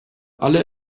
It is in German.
alle